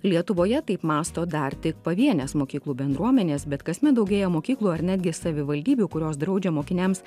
lietuvoje taip mąsto dar tik pavienės mokyklų bendruomenės bet kasmet daugėja mokyklų ar netgi savivaldybių kurios draudžia mokiniams